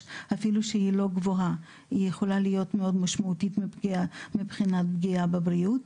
אפילו לא גבוהה יכולה להיות מאוד משמעותית בפגיעה בבריאות.